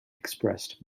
expressed